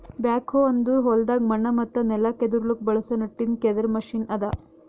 back ಹೋ ಅಂದುರ್ ಹೊಲ್ದಾಗ್ ಮಣ್ಣ ಮತ್ತ ನೆಲ ಕೆದುರ್ಲುಕ್ ಬಳಸ ನಟ್ಟಿಂದ್ ಕೆದರ್ ಮೆಷಿನ್ ಅದಾ